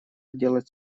делать